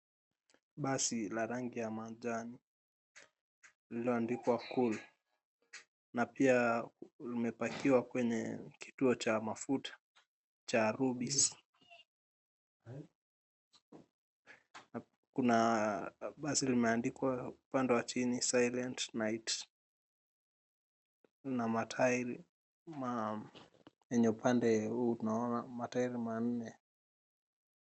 Basi la rangi ya majani lililoandikwa, "Cool," na pia imepakiwa kwenye kituo cha mafuta cha Rubis, kuna basi limeandikwa upande wa chini, "Silent Night," na matairi upande wa nyuma naona matairi manne.